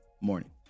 morning